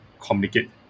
communicate